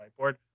whiteboard